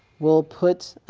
we'll put